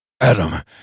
Adam